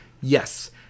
Yes